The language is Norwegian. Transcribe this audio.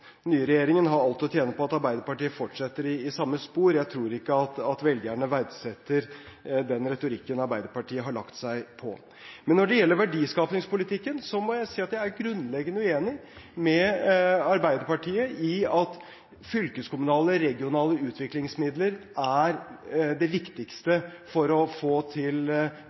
den nye regjeringen har alt å tjene på at Arbeiderpartiet fortsetter i samme spor. Jeg tror ikke at velgerne verdsetter den retorikken Arbeiderpartiet har lagt seg på. Når det gjelder verdiskapingspolitikken, må jeg si at jeg er grunnleggende uenig med Arbeiderpartiet i at fylkeskommunale/regionale utviklingsmidler er det viktigste for å få til